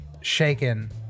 shaken